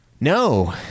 No